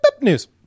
news